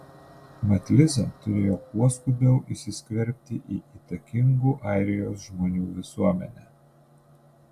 mat liza turėjo kuo skubiau įsiskverbti į įtakingų airijos žmonių visuomenę